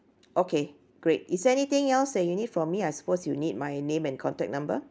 okay great is there anything else that you need from me I suppose you need my name and contact number